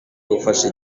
gufasha